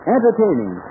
Entertaining